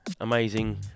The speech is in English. amazing